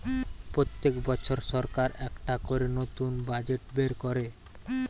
পোত্তেক বছর সরকার একটা করে নতুন বাজেট বের কোরে